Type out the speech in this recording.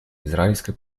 израильско